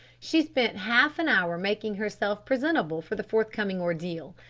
she spent half an hour making herself presentable for the forthcoming ordeal.